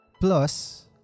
plus